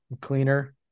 Cleaner